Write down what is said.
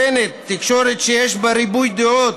תקשורת שיש בה ריבוי דעות,